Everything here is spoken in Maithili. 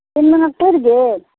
तीन मिनट पुरि गेल